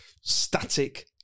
static